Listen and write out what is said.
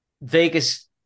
Vegas